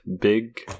big